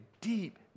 deep